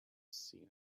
seen